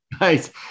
Nice